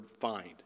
find